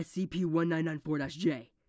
SCP-1994-J